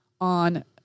on